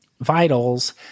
vitals